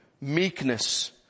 meekness